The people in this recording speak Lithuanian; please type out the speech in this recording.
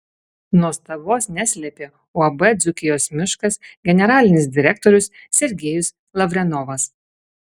nuostabos neslėpė uab dzūkijos miškas generalinis direktorius sergejus lavrenovas